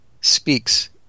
speaks